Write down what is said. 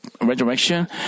resurrection